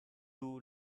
too